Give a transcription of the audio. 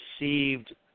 received